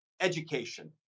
Education